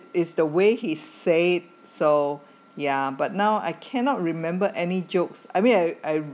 is the way he said so yeah but now I cannot remember any jokes I mean I I